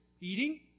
eating